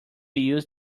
use